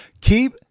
keep